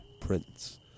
prince